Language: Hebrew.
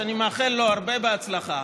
שאני מאחל לו הרבה הצלחה,